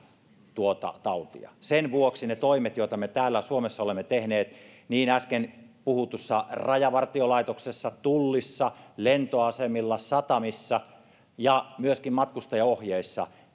tuota tautia sen vuoksi ne toimet joita me täällä suomessa olemme tehneet niin äsken puhutussa rajavartiolaitoksessa tullissa lentoasemilla satamissa kuin myöskin matkustajaohjeissa